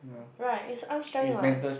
right is arm strength what